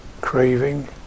craving